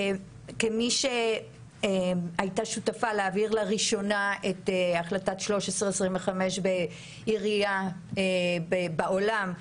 כמי שהייתה שותפה להעביר לראשונה את החלטה 1325 בעירייה בעולם,